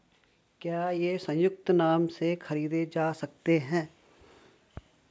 क्या ये संयुक्त नाम से खरीदे जा सकते हैं?